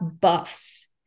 buffs